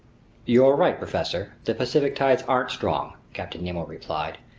you're right, professor, the pacific tides aren't strong, captain nemo replied.